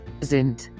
sind